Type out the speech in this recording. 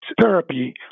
therapy